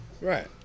Right